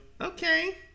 okay